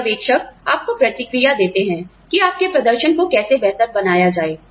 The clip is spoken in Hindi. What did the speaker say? पर्यवेक्षक आपको प्रतिक्रिया देते हैं कि आपके प्रदर्शन को कैसे बेहतर बनाया जाए